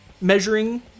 measuring